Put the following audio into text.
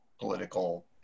political